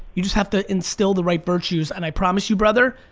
you just have to instill the right virtues and i promise you brother,